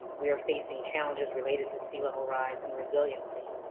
we are facing challenges related to sea level rise and resiliency.